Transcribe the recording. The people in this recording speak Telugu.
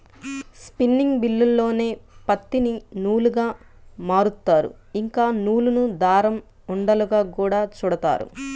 స్పిన్నింగ్ మిల్లుల్లోనే పత్తిని నూలుగా మారుత్తారు, ఇంకా నూలును దారం ఉండలుగా గూడా చుడతారు